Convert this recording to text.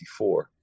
1954